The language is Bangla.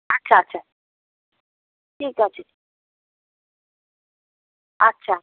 আচ্ছা আচ্ছা ঠিক আছে আচ্ছা